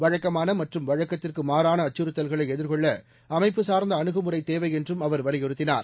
வழக்கமான மற்றும் வழக்கத்திற்கு மாறான அச்சுறுத்தல்களை எதிர்கொள்ள அமைப்பு சார்ந்த அணுகுமுறை தேவை என்றும் அவர் வலியுறுத்தினார்